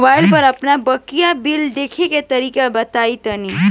Mobile पर आपन बाकाया बिल देखे के तरीका बताईं तनि?